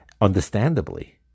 understandably